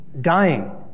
dying